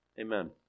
Amen